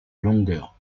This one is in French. longueur